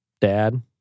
dad